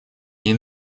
ней